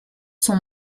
sont